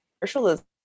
commercialism